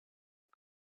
are